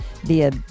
Via